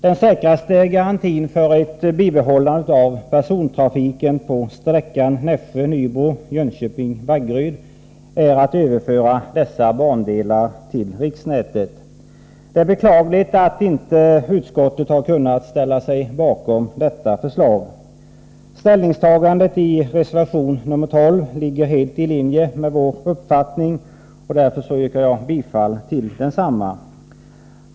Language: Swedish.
Den säkraste garantin för ett bibehållande av persontrafiken på sträckorna Nässjö-Nybro och Jönköping-Vaggeryd är att överföra dessa bandelar till riksnätet. Det är beklagligt att inte utskottet har kunnat ställa sig bakom detta förslag. Ställningstagandet i reservation nr 12 ligger helt i linje med vår uppfattning, och jag yrkar därför bifall till densamma.